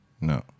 No